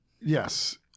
Yes